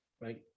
right